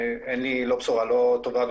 אין לי בשורה לא טובה,